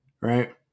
right